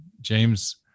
James